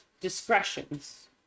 discretions